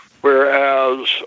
Whereas